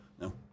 No